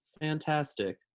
fantastic